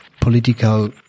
political